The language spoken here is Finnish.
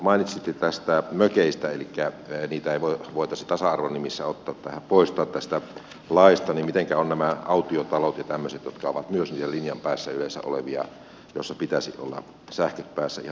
kun mainitsitte näistä mökeistä elikkä niitä ei voitaisi tasa arvon nimissä poistaa tästä laista niin mitenkä ovat nämä autiotalot ja tämmöiset jotka ovat yleensä myös niitä linjan päässä olevia joissa pitäisi olla sähköt ihan samalla lailla